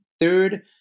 third